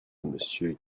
monsieur